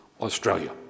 Australia